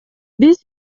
биз